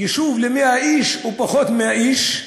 יישוב ל-100 איש, או פחות מ-100 איש,